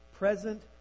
Present